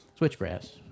switchgrass